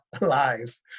life